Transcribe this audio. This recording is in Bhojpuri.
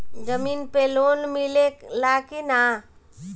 जमीन पे लोन मिले ला की ना?